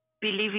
believe